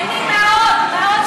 נהנים מאוד.